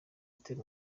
atera